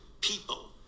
people